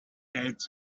hates